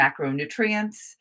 macronutrients